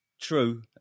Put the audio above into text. true